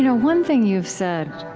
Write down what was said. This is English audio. you know one thing you've said,